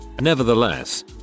nevertheless